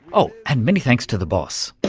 oh, and many thanks to the boss.